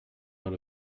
out